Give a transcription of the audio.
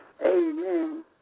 Amen